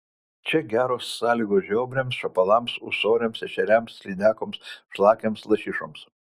čia geros sąlygos žiobriams šapalams ūsoriams ešeriams lydekoms šlakiams lašišoms